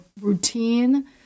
routine